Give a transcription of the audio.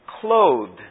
clothed